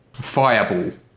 fireball